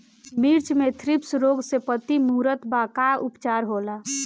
मिर्च मे थ्रिप्स रोग से पत्ती मूरत बा का उपचार होला?